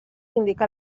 indica